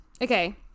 Okay